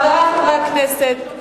חברי חברי הכנסת,